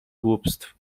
głupstw